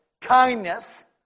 kindness